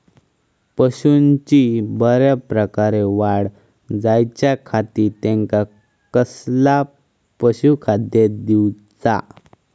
पशूंची बऱ्या प्रकारे वाढ जायच्या खाती त्यांका कसला पशुखाद्य दिऊचा?